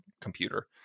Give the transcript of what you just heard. computer